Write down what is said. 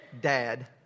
dad